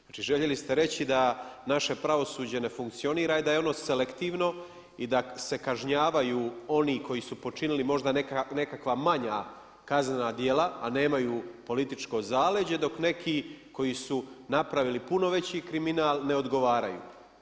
Znači željeli ste reći da naše pravosuđe ne funkcionira i da je ono selektivno i da se kažnjavaju oni koji su počinili možda nekakva manja kaznena djela, a nemaju političko zaleđe dok neki koji su napravili puno veći kriminal ne odgovaraju.